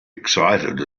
excited